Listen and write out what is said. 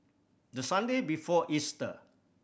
the Sunday before Easter